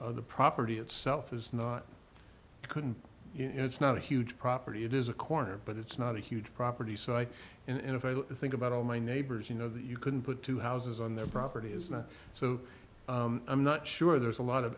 know the property itself is not i couldn't you know it's not a huge property it is a corner but it's not a huge property so i in if i think about all my neighbors you know that you couldn't put two houses on their property is now so i'm not sure there's a lot of